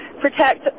protect